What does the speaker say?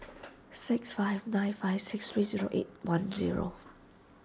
six five nine five six three zero eight one zero